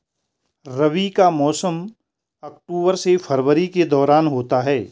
रबी का मौसम अक्टूबर से फरवरी के दौरान होता है